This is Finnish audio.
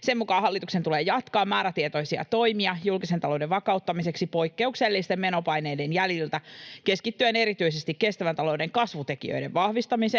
Sen mukaan hallituksen tulee jatkaa määrätietoisia toimia julkisen talouden vakauttamiseksi poikkeuksellisten menopaineiden jäljiltä keskittyen erityisesti kestävän talouden kasvutekijöiden vahvistamiseen,